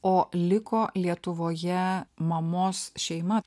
o liko lietuvoje mamos šeima